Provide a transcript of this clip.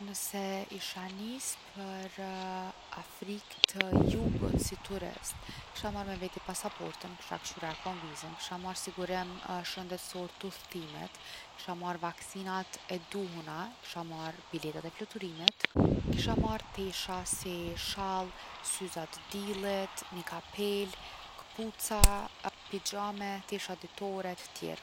Nëse isha nis për Afrikë të Jugut si turist, kisha marrë me veti pasaportën, kishe kqyr a e kom vizën. Kisha marr sigurim shëndetsorë t’udhëtimit. I kisha marrë vaksinat e duhuna. I kisha marre biletat e fluturimit. Kisha marrë tesha si shall, syza t’dillit, ni kapelë, kpuca, pixhame, tesha ditore, e të tjerë.